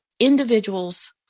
individuals